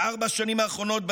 בארבע השנים האחרונות,